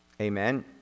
Amen